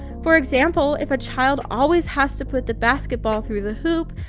for example, if a child always has to put the basketball through the hoop,